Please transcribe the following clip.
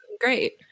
great